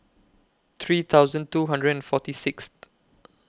three thousand two hundred and forty Sixth